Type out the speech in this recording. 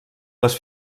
les